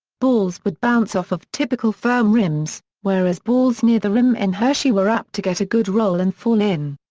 balls would bounce off of typical firm rims, whereas balls near the rim in and hershey were apt to get a good roll and fall in.